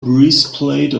breastplate